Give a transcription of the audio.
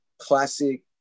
classic